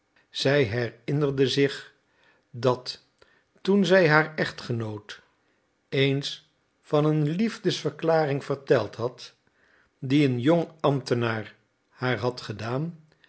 zij herinnerde zich dat toen zij haar echtgenoot eens van een liefdesverklaring verteld had die een jong ambtenaar haar had gedaan